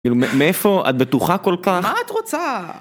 מאיפה? את בטוחה כל פעם? מה את רוצה?